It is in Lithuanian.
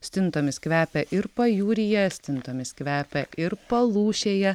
stintomis kvepia ir pajūryje stintomis kvepia ir palūšėje